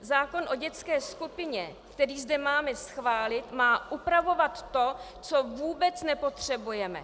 Zákon o dětské skupině, který zde máme schválit, má upravovat to, co vůbec nepotřebujeme.